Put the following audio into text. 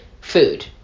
food